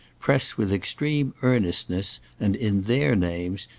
press with extreme earnestness and in their names,